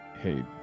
Hey